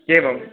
एवम्